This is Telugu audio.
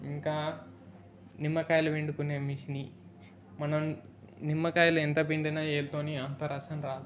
ఇంకా నిమ్మకాయలు పిండుకునే మెషిన్ మనం నిమ్మకాయలు ఎంత పిండినా వేళ్ళతోని అంత రసం రాదు